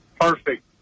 Perfect